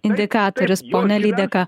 indikatorius ponia lydeka